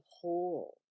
whole